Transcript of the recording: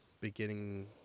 beginning